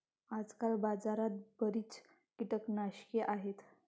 आजकाल बाजारात बरीच कीटकनाशके आहेत